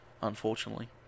Unfortunately